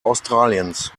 australiens